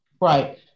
Right